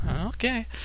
Okay